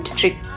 trick